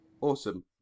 Awesome